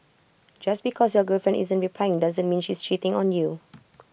just because your girlfriend isn't replying doesn't mean she's cheating on you